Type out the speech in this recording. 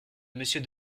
monsieur